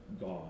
God